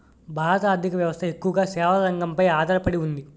భారత ఆర్ధిక వ్యవస్థ ఎక్కువగా సేవల రంగంపై ఆధార పడి ఉంది